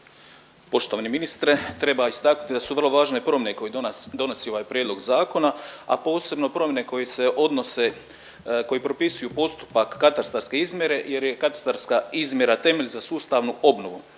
Poštovani ministre, treba istaknuti da su vrlo važne promjene koje donosi ovaj prijedlog zakona a posebno promjene koje se odnose, koji propisuju postupak katastarske izmjere jer je katastarska izmjera temelj za sustavnu obnovu,